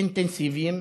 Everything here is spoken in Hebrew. אינטנסיביים